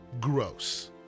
gross